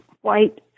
white